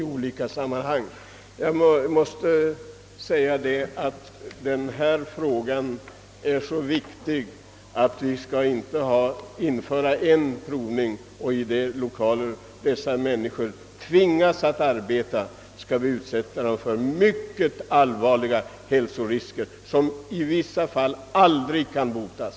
Denna fråga är oerhört viktig. Vi skall inte införa en provning som innebär att människor tvingas arbeta i lokaler där de riskerar att utsättas för mycket allvarliga förgiftningar, som i vissa fall aldrig kan botas.